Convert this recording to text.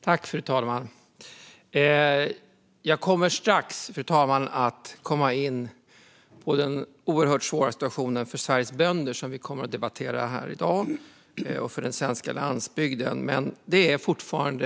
Fru talman! Jag kommer strax att komma in på den oerhört svåra situationen för Sveriges bönder och för den svenska landsbygden, som vi ska debattera i dag.